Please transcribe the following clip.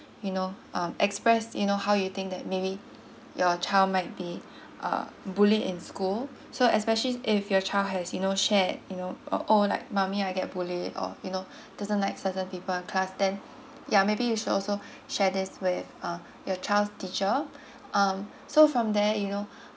you know um express you know how you think that maybe your child might be uh bullied in school so especially if your child has you know share you know uh oh like mommy I get bullied or you know doesn't like certain people in class then ya maybe you should also share this with uh your child's teacher um so from there you know